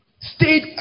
Stayed